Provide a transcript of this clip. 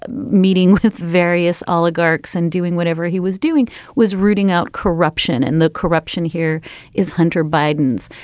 ah meeting with various oligarchs and doing whatever he was doing was rooting out corruption and the corruption. here is hunter biden's,